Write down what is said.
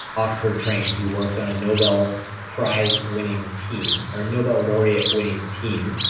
oxford-trained, who worked on a nobel prize-winning team or nobel laureate winning team,